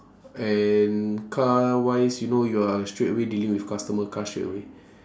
and car wise you know you're straight away dealing with customer car straight away